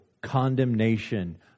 Condemnation